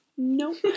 Nope